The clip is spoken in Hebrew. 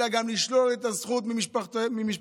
אלא גם לשלול את הזכות ממשפחותיהם